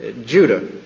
Judah